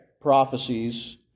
prophecies